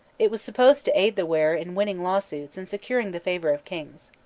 it was supposed to aid the wearer in winning lawsuits and securing the favor of kings.